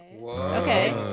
Okay